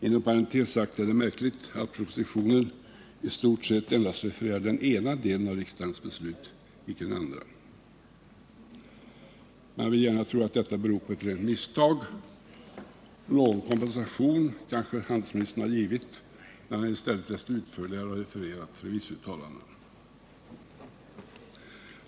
Inom parentes sagt är det märkligt att propositionen i stort sett endast refererar den ena delen av riksdagens beslut, icke den andra. Man vill gärna tro att detta beror på ett rent misstag. Någon kompensation har kanske handelsministern givit när han i stället så mycket utförligare refererade remissyttrandena.